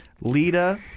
Lita